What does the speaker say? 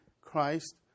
Christ